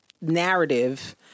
narrative